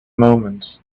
moments